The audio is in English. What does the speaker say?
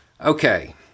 Okay